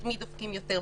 את מי דופקים יותר.